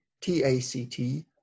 t-a-c-t